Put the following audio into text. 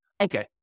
Okay